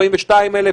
42,000,